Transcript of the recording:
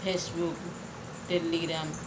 Facebook telegram